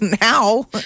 Now